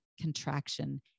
contraction